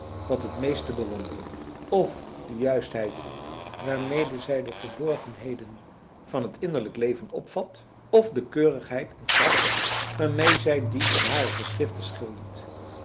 wat het meest te bewonderen f de juistheid waarmede zij de verborgenheden van het innerlijk leven opvat f de keurigheid en kracht waarmee zij die in hare geschriften schildert